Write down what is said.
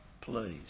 please